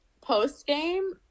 post-game